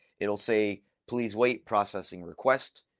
it'll say please wait, processing request.